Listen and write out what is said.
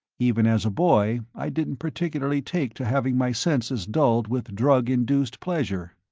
even as a boy, i didn't particularly take to having my senses dulled with drug-induced pleasure.